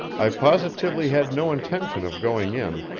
i positively had no intention of going in,